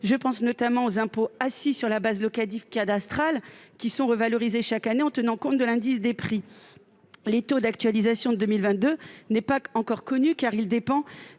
Je pense notamment aux impôts assis sur la base locative cadastrale, revalorisés chaque année en tenant compte de l'indice des prix. Le taux d'actualisation pour l'année 2022 n'est pas encore connu, car il dépend